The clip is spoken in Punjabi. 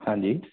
ਹਾਂਜੀ